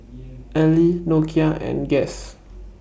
Elle Nokia and Guess